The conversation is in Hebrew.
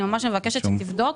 אני ממש מבקשת שתבדוק